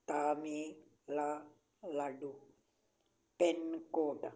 Tamil Nadu pin code